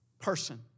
person